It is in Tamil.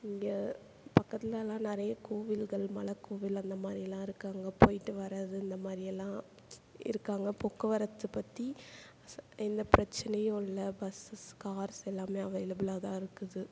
இங்கே பக்கத்திலல்லாம் நிறைய கோவில்கள் மலைக்கோவில் அந்த மாதிரி எல்லாம் இருக்குது அங்கே போய்ட்டு வர்றது இந்த மாதிரியெல்லாம் இருக்காங்கள் போக்குவரத்து பற்றி ச எந்த பிரச்சனையும் இல்லை பஸ்ஸஸ் கார்ஸ் எல்லாமே அவைலபிளாக தான் இருக்குது